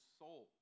soul